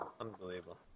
Unbelievable